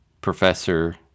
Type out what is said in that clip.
Professor